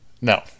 No